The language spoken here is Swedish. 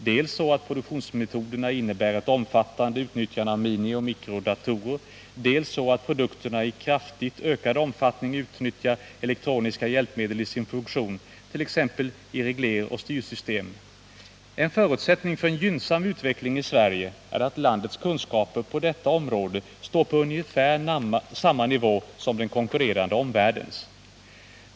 Dels så, att produktionsmetoderna innebär ett omfattande utnyttjande av minioch mikrodatorer, dels så att produkterna i kraftigt ökad omfattning utnyttjar elektroniska hjälpmedel i sin funktion, t.ex. i regleroch styrsystem. En förutsättning för en gynnsam utveckling i Sverige är att landets kunskaper på detta område står på ungefär samma nivå som den konkurrerande omvärldens.